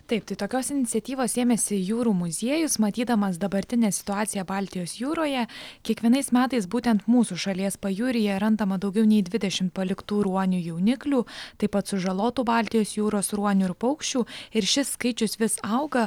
taip tai tokios iniciatyvos ėmėsi jūrų muziejus matydamas dabartinę situaciją baltijos jūroje kiekvienais metais būtent mūsų šalies pajūryje randama daugiau nei dvidešim paliktų ruonių jauniklių taip pat sužalotų baltijos jūros ruonių ir paukščių ir šis skaičius vis auga